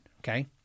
Okay